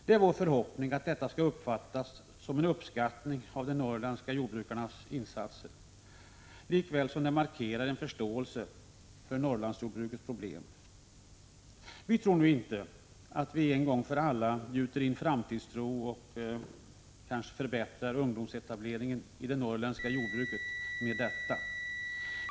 Det är vår förhoppning att detta skall uppfattas som en uppskattning av de norrländska jordbrukarnas insatser lika väl som det markerar en förståelse för Norrlandsjordbrukets problem. Vi tror inte att vi en gång för alla gjuter in framtidstro och kanske förbättrar ungdomsetableringen i det norrländska jordbruket med detta.